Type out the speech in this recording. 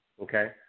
Okay